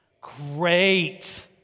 Great